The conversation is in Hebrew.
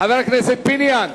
חבר הכנסת פיניאן,